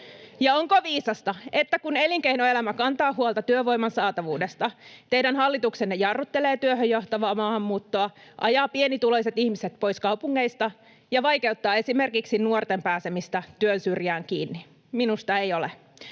Ja onko viisasta, että kun elinkeinoelämä kantaa huolta työvoiman saatavuudesta, teidän hallituksenne jarruttelee työhön johtavaa maahanmuuttoa, ajaa pienituloiset ihmiset pois kaupungeista ja vaikeuttaa esimerkiksi nuorten pääsemistä työn syrjään kiinni? Minusta ei ole.